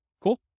Cool